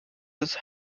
des